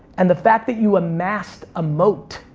and the fact that you amassed a mote